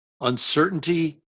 uncertainty